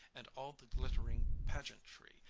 and all the glittering pageantry,